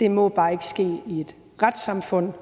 Det må bare ikke ske i et retssamfund.